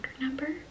number